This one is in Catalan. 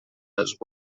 els